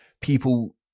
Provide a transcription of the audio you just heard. people